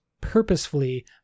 purposefully